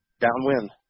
downwind